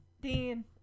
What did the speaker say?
Dean